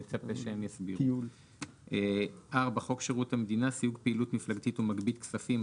חוק שירות המדינה (סיוג פעילות מפלגתית ומגבית כספים),